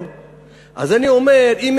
ואז